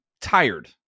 tired